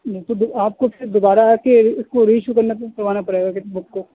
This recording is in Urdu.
آپ کو پھر دوبارہ آ کے اس کو ری ایشو کرنا کروانا پڑے گا اس بک کو